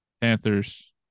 Panthers